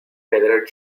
federer